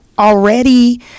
already